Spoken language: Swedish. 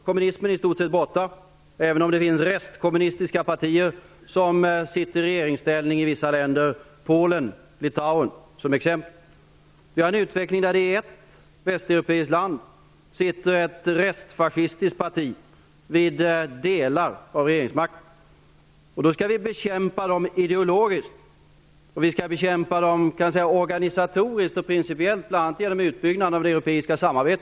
Kommunismen är i stort sett borta, även om det finns restkommunistiska partier som sitter i regeringsställning i vissa länder, t.ex. Polen och Litauen. Vi har en utveckling där det i ett västeuropeiskt land sitter ett restfascistiskt parti vid delar av regeringsmakten. Då skall vi bekämpa dem ideologiskt. Vi skall bekämpa dem organisatoriskt och principiellt, bl.a. genom utbyggnad av det europeiska samarbetet.